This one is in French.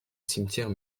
cimetière